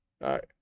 right